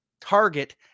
target